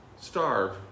starve